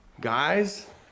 Guys